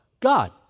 God